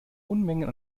unmengen